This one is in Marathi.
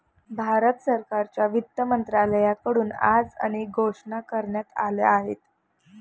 भारत सरकारच्या वित्त मंत्रालयाकडून आज अनेक घोषणा करण्यात आल्या आहेत